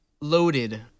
loaded